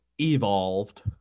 evolved